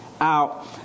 out